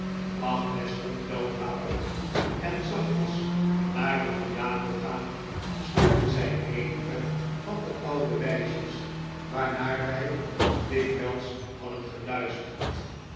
agnes stond weldra op en zachtjes naar de piano gaarid speelde zij eenige van de oude wijsjes waarnaar wij daar zoo dikwijls hadden geluisterd